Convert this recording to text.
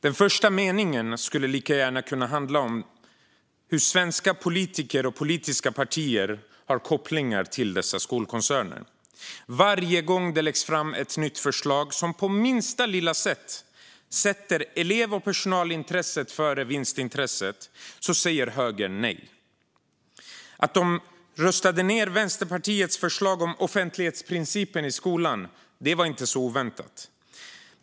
Den första meningen skulle lika gärna kunna handla om hur svenska politiker och politiska partier har kopplingar till dessa skolkoncerner. Varje gång som det läggs fram ett nytt förslag som på minsta lilla sätt sätter elev och personalintresset före vinstintresset säger högern nej. Att man röstade ned Vänsterpartiets förslag om offentlighetsprincipen i skolan var inte så oväntat.